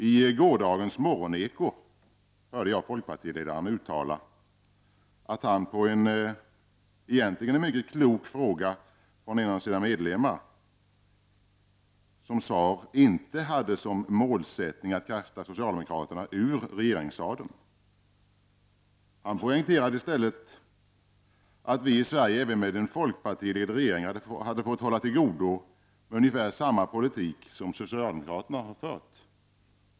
I gårdagens Morgoneko hörde jag folkpartiledaren säga att han på en egentligen mycket klok fråga från en av sina medlemmar svarat att han inte hade som målsättning att kasta socialdemokraterna ur regeringssadeln. Han poängterade i stället att vi i Sverige även med en folkpartiledd regering hade fått hålla till godo med ungefär samma politik som socialdemokraterna har fört.